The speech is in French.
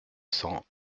cents